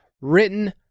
written